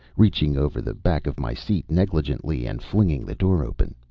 reaching over the back of my seat negligently and flinging the door open,